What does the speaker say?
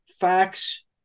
facts